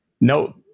No